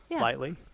lightly